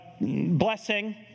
blessing